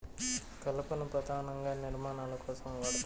కలపను పధానంగా నిర్మాణాల కోసం వాడతారు